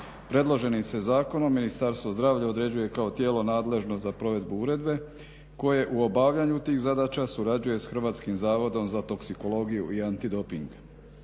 Predloženim se zakonom Ministarstvo zdravlja određuje kao tijelo nadležno za provedbu uredbe koje u obavljanju tih zadaća surađuje sa Hrvatskim zavodom za toksikologiju i antidoping.